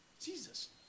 Jesus